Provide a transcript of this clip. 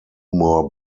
more